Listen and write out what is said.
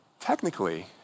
technically